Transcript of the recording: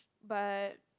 but